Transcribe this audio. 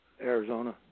Arizona